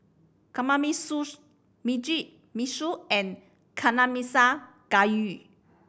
Kamameshi Mugi Meshi and Nanakusa Gayu